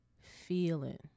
feeling